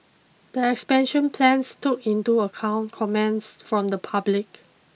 the expansion plans took into account comments from the public